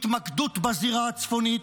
התמקדות בזירה הצפונית,